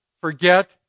forget